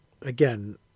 again